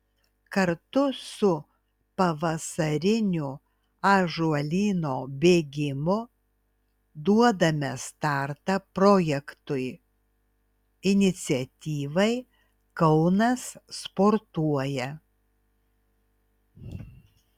kartu su pavasariniu ąžuolyno bėgimu duodame startą projektui iniciatyvai kaunas sportuoja